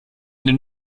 eine